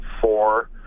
four –